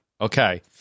Okay